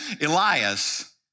Elias